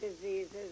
diseases